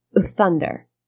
thunder